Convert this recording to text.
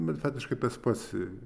bet praktiškai tas pats